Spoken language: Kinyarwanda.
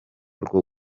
rwo